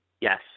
Yes